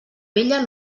vella